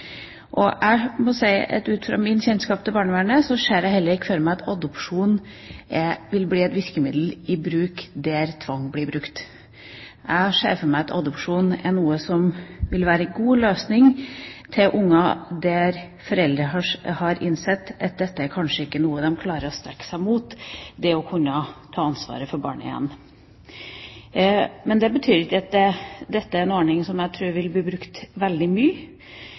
Jeg må si at ut fra min kjennskap til barnevernet, så ser jeg ikke for meg at adopsjon vil bli et virkemiddel når tvang blir brukt. Jeg ser for meg at adopsjon er noe som vil være en god løsning for barn der foreldre har innsett at det å kunne ta ansvaret for barnet igjen kanskje er noe de ikke klarer å strekke seg mot. Men det betyr ikke at dette er en ordning som jeg tror vil bli brukt veldig mye.